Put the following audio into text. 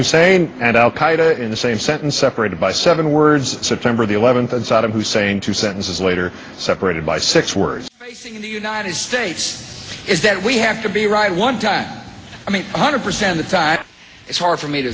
hussein and al qaeda in the same sentence separated by seven words september the eleventh and saddam hussein two sentences later separated by six words i think the united states is that we have to be right one time i mean one hundred percent a time it's hard for me to